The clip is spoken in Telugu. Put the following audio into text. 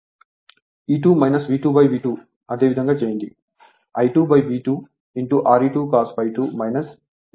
E 2 V2V2 అదే విధంగా చేయండి I2V2 Re 2 cos ∅ 2 Xe 2 sin ∅2